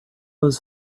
this